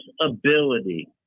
ability